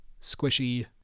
squishy